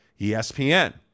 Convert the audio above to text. ESPN